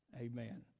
Amen